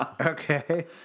Okay